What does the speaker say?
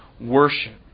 worship